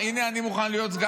הינה אני מוכן להיות שר,